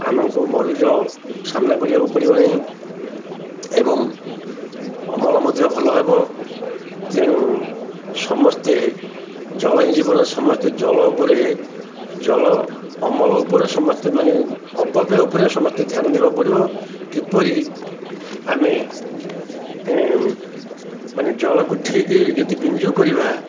ଆମକୁ ମରୁଡ଼ିର ସାମ୍ନା କରିବାକୁ ପଡ଼ିବ ନାହିଁ ଏବଂ ଅମଳ ମଧ୍ୟ ଭଲ ହେବ ତେଣୁ ସମସ୍ତେ ଜଳ ହିଁ ଜୀବନ ସମସ୍ତେ ଜଳ ଉପରେ ଜଳ ଅମଳ ଉପରେ ସମସ୍ତେ ମାନେ ଅପବ୍ୟୟ ଉପରେ ସମସ୍ତେ ଧ୍ୟାନ ଦେବାକୁ ପଡ଼ିବ କିପରି ଆମେ ମାନେ ଜଳକୁ ଠିକ୍ ଯଦି ବିନିଯୋଗ କରିବା